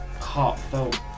heartfelt